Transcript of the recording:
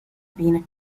been